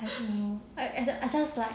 I don't know I I just like